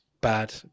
bad